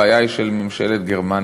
הבעיה היא של ממשלת גרמניה.